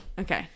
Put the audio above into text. okay